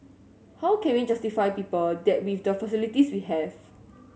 how can we justify people that with the facilities we have